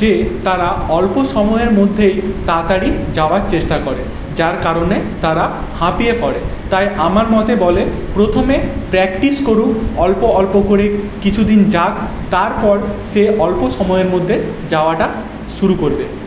যে তারা অল্প সময়ের মধ্যেই তাড়াতাড়ি যাওয়ার চেষ্টা করে যার কারণে তারা হাঁপিয়ে পড়ে তাই আমার মতে বলে প্রথমে প্র্যাক্টিস করুক অল্প অল্প করে কিছুদিন যাক তারপর সে অল্প সময়ের মধ্যে যাওয়াটা শুরু করবে